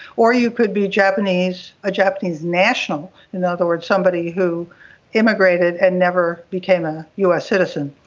or you could be japanese ah japanese national, in other words somebody who immigrated and never became a us citizen.